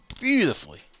beautifully